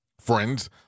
Friends